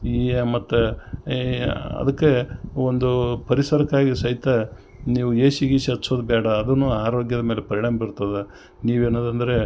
ಈ ಮತ್ತು ಅದಕ್ಕೆ ಒಂದೂ ಪರಿಸರಕ್ಕಾಗಿ ಸಹಿತ ನೀವು ಎ ಸಿ ಗೀಸಿ ಹಚ್ಚೋದು ಬೇಡಾ ಅದುನು ಆರೋಗ್ಯದ್ ಮೇಲೆ ಪರಿಣಾಮ ಬೀರ್ತದೆ ನೀವು ಏನಾದರು ಅಂದರೆ